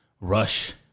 rush